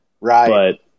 right